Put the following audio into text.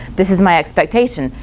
this is my expectation.